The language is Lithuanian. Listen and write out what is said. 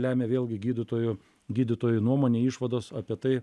lemia vėlgi gydytojų gydytojų nuomonė išvados apie tai